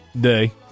day